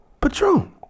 Patron